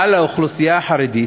אבל האוכלוסייה החרדית,